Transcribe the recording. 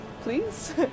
Please